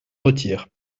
retire